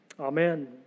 Amen